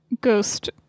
ghost